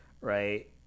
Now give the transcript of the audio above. right